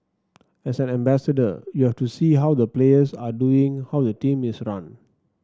as an ambassador you have to see how the players are doing how the team is run